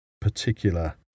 particular